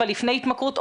או לפני התמכרות,